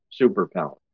superpower